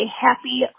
happy